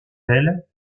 elle